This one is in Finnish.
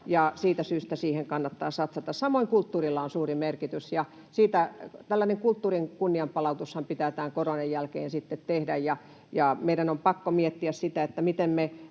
siitä syystä niihin kannattaa satsata. Samoin kulttuurilla on suuri merkitys, ja tällainen kulttuurin kunnianpalautushan pitää tämän koronan jälkeen sitten tehdä. Meidän on pakko miettiä sitä, miten me